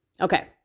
Okay